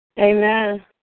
Amen